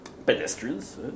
pedestrians